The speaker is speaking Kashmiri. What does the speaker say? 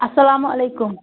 السلامُ علیکم